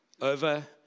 over